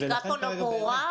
הזיקה פה לא ברורה?